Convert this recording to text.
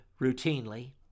routinely